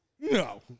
No